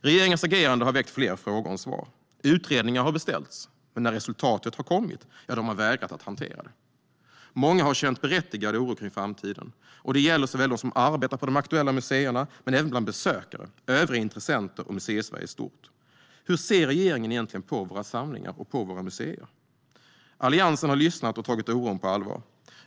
Regeringens agerande har lett till fler frågor än svar. Utredningar har beställts, men när resultatet har kommit har man vägrat att hantera det. Många har känt berättigad oro för framtiden. Det gäller dem som arbetar på de aktuella museerna men även besökare, övriga intressenter och Museisverige i stort. Hur ser regeringen egentligen på våra samlingar och våra museer? Alliansen har lyssnat och tagit oron på allvar.